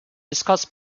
discuss